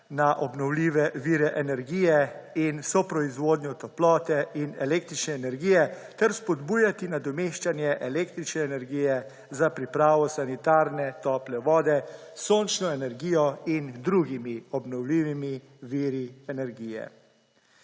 na obnovljive vire energije in soproizvodnjo toplote in električne energije ter spodbujati nadomeščanje električne energije za pripravo sanitarne tople vode s sončno energijo in drugimi obnovljivimi viri energije.